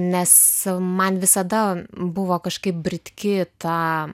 nes man visada buvo kažkaip britki ta